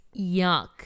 Yuck